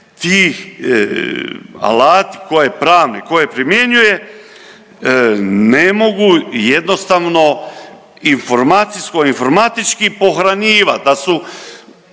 tih alati koje, pravne koje primjenjuje ne mogu jednostavno informacijsko-informatički pohranjivati,